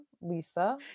Lisa